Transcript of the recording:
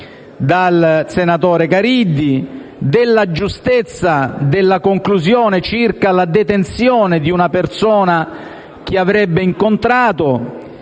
dal senatore Caridi, della giustezza della conclusione circa la detenzione di una persona che avrebbe incontrato.